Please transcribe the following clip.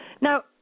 Now